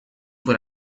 por